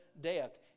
death